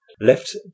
left